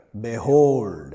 behold